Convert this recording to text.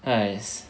!hais!